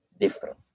different